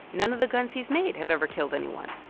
none of the guns he's made have ever killed anyone.